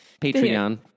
Patreon